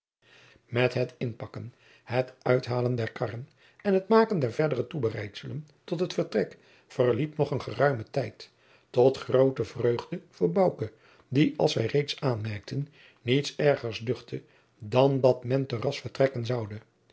met het inpakken het uithalen der karren en het maken der verdere toebereidselen tot het vertrek verliep nog een geruime tijd tot groote vreugde voor bouke die als wij reeds aanmerkten niets ergers duchtte dan dat men te ras vertrekken zoude